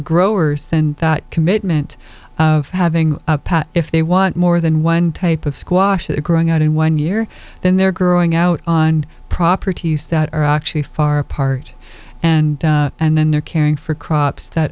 growers then that commitment of having if they want more than one type of squash growing out in one year then they're growing out on properties that are actually far apart and and then they're caring for crops that